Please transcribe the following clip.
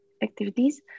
activities